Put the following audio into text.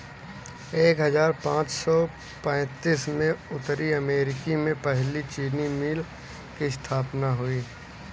एक हजार पाँच सौ पैतीस में उत्तरी अमेरिकी में पहली चीनी मिल की स्थापना हुई